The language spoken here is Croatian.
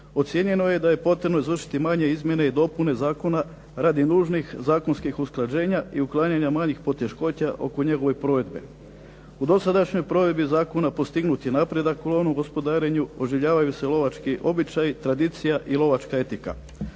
Ocjenjeno je da je potrebno izvršiti manje izmjene i dopune zakona radi nužnih zakonskih usklađenja i uklanjanja manjih poteškoća oko njegove provedbe. U dosadašnjoj provedbi zakona postignut je napredak u lovnom gospodarenju, oživljavaju se lovački običaji, tradicija i lovačka etika.